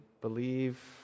believe